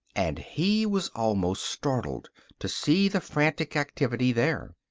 and he was almost startled to see the frantic activity there.